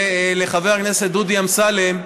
חבר הכנסת דודי אמסלם,